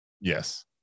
Yes